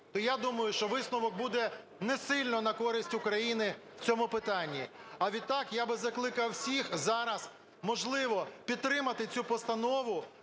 то я думаю, що висновок буде не сильно на користь України в цьому питанні. А відтак, я би закликав всіх зараз, можливо, підтримати цю постанову,